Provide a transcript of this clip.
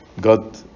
God